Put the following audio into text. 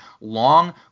long